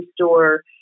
store